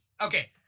okay